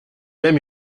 même